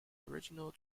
original